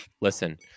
listen